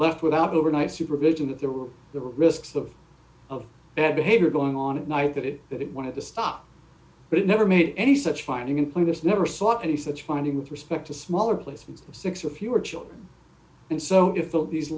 left without overnight supervision that there were the risks of of bad behavior going on at night that it that it wanted to stop but it never made any such finding employers never sought any such finding with respect to smaller placement of six or fewer children and so if these